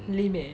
lame eh